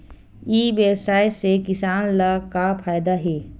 ई व्यवसाय से किसान ला का फ़ायदा हे?